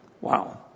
Wow